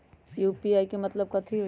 UPI के मतलब कथी होई?